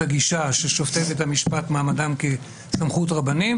את הגישה ששופטי בית המשפט מעמדם כסמכות רבנים,